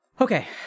Okay